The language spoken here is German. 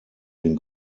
den